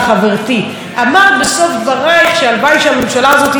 אמרת בסוף דברייך שהלוואי שהממשלה הזאת תתפזר.